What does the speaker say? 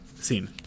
scene